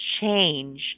change